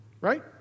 Right